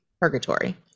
purgatory